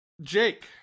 Jake